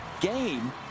game